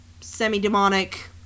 ...semi-demonic